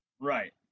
Right